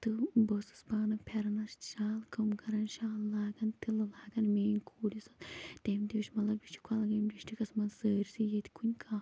تہٕ بہٕ ٲسٕس پانہٕ پھیٚرنَس شالہٕ کٲم کَران شال لاگَن تِلہٕ لاگَان میٛٲنۍ کوٗر یۄس ٲس تٔمۍ تہِ ہیٛوچھ مطلب یہِ چھِ کۄلگٲمہِ ڈِسٹِرٛکَس منٛز سٲرسٕے ییٚتہِ کُنہِ کانٛہہ